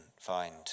find